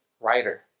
writer